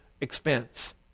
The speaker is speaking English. expense